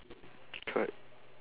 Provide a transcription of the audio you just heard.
correct